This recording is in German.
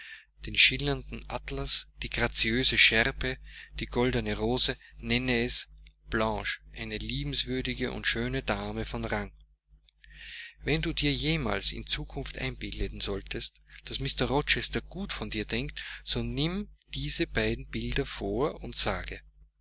den schillernden atlas die graziöse schärpe die goldene rose nenne es blanche eine liebenswürdige und schöne dame von rang wenn du dir jemals in zukunft einbilden solltest daß mr rochester gut von dir denkt so nimm diese beiden bilder vor und sage